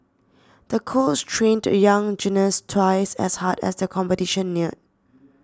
the coach trained the young gymnast twice as hard as the competition neared